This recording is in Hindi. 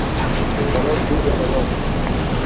चलो ठीक है दवाई